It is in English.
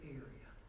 area